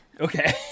Okay